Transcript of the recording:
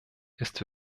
ist